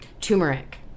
Turmeric